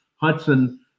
Hudson